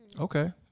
okay